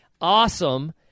Awesome